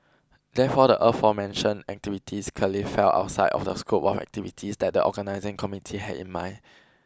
therefore the aforementioned activities clearly fell outside of the scope of activities that the organising committee had in mind